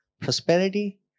prosperity